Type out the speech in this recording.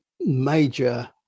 major